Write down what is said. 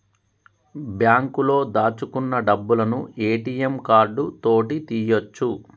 బాంకులో దాచుకున్న డబ్బులను ఏ.టి.యం కార్డు తోటి తీయ్యొచు